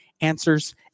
answers